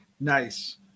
Nice